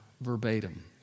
verbatim